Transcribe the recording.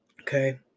Okay